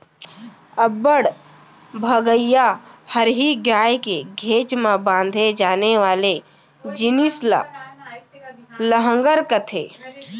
अब्बड़ भगइया हरही गाय के घेंच म बांधे जाने वाले जिनिस ल लहँगर कथें